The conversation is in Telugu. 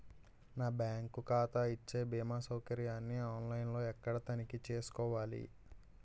నా బ్యాంకు ఖాతా ఇచ్చే భీమా సౌకర్యాన్ని ఆన్ లైన్ లో ఎక్కడ తనిఖీ చేసుకోవాలి?